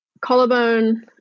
collarbone